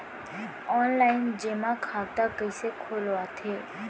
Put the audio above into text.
Online जेमा खाता कइसे खोलवाथे?